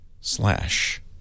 slash